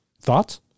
Thoughts